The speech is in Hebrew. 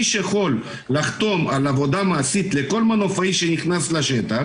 שמי שיכול לחתום על עבודה מעשית לכל מנופאי שנכנס לשטח